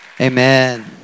Amen